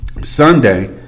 Sunday